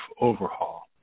overhaul